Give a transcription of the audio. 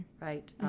right